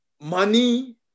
money